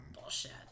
Bullshit